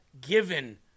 given